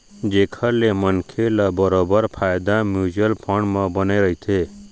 जेखर ले मनखे ल बरोबर फायदा म्युचुअल फंड म बने रहिथे